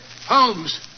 Holmes